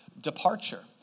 departure